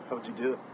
but would you do it?